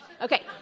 Okay